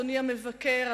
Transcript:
אדוני המבקר,